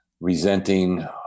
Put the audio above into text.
resenting